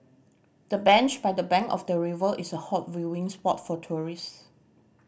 the bench by the bank of the river is a hot viewing spot for tourists